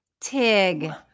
TIG